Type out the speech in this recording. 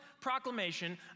proclamation